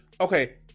Okay